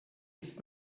ist